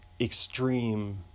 Extreme